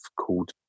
called